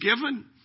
given